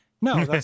No